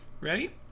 Ready